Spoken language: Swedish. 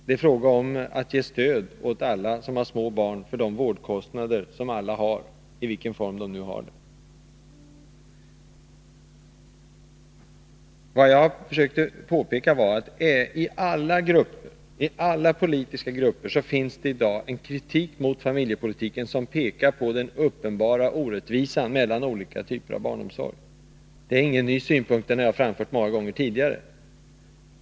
Det är fråga om att ge alla dem som har små barn stöd för de vårdkostnader som alla småbarnsföräldrar har. Vad jag försökte påpeka var att i alla politiska grupper finns det i dag en kritik mot familjepolitiken. Den riktar sig mot den uppenbara orättvisan mellan olika typer av barnomsorg. Det är ingen ny synpunkt, den har jag framfört många gånger tidigare.